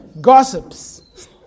Gossips